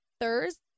Thursday